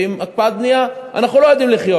ועם הקפאת בנייה אנחנו לא יודעים לחיות.